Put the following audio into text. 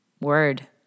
Word